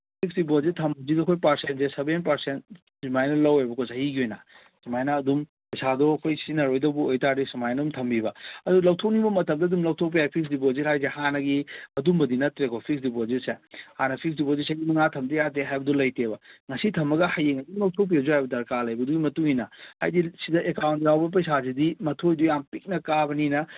fix deposit ꯊꯝꯕꯁꯦ ꯑꯩꯈꯣꯏ ꯄꯥꯔꯁꯦꯟꯁꯦ ꯁꯚꯦꯟ ꯄꯥꯔꯁꯦꯟ ꯑꯗꯨꯃꯥꯏꯅ ꯂꯧꯌꯦꯕꯀꯣ ꯆꯍꯤꯒꯤ ꯑꯣꯏꯅ ꯁꯨꯃꯥꯏꯅ ꯑꯗꯨꯝ ꯄꯩꯁꯥꯗꯣ ꯑꯩꯈꯣꯏ ꯁꯤꯖꯤꯟꯅꯔꯣꯏꯗꯕ ꯑꯣꯏ ꯇꯥꯔꯒꯗꯤ ꯁꯨꯃꯥꯏꯅ ꯑꯗꯨꯝ ꯊꯝꯕꯤꯕ ꯑꯗꯨ ꯂꯧꯊꯣꯛꯅꯤꯡꯕ ꯃꯇꯝꯗ ꯑꯗꯨꯝ ꯂꯧꯊꯣꯛꯄ ꯌꯥꯏ ꯐꯤꯛꯁ ꯗꯤꯄꯣꯖꯤꯠ ꯍꯥꯏꯁꯦ ꯍꯥꯟꯅꯒꯤ ꯑꯗꯨꯝꯕꯗꯤ ꯅꯠꯇ꯭ꯔꯦꯀꯣ ꯐꯤꯛꯁ ꯗꯤꯄꯣꯖꯤꯠꯁꯦ ꯍꯥꯟꯅ ꯐꯤꯛꯁ ꯗꯤꯄꯣꯖꯤꯠꯁꯦ ꯆꯍꯤ ꯃꯉꯥ ꯊꯝꯗ ꯌꯥꯗꯦ ꯍꯥꯏꯕꯗꯨ ꯂꯩꯇꯦꯕ ꯉꯁꯤ ꯊꯝꯃꯒ ꯍꯌꯦꯡ ꯑꯗꯨꯝ ꯂꯧꯊꯣꯛꯄꯤꯔꯁꯨ ꯌꯥꯏꯌꯦꯕ ꯗꯔꯀꯥꯔ ꯂꯩꯕꯗꯨꯒꯤ ꯃꯇꯨꯡꯏꯟꯅ ꯍꯥꯏꯗꯤ ꯁꯤꯗ ꯑꯦꯀꯥꯎꯟ ꯌꯥꯎꯕ ꯄꯩꯁꯥꯁꯤꯗꯤ ꯃꯊꯣꯏꯗꯣ ꯌꯥꯝ ꯄꯤꯛꯅ ꯀꯥꯕꯅꯤꯅ